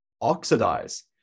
oxidize